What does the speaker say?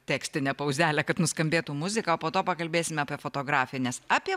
tekstinę pauzelę kad nuskambėtų muzika o po to pakalbėsime apie fotografiją nes apie